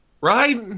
right